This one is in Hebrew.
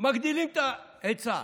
מגדילים את ההיצע.